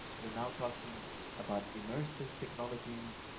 we're now talking about immersive technologies.